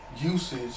usage